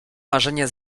marzenia